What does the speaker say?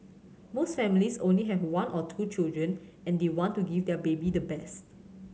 most families only have one or two children and they want to give their baby the best